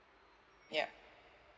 ya